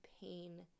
pain